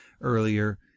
earlier